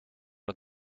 het